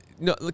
No